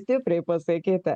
stipriai pasakyta